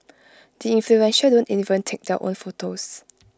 the influential don't even take their own photos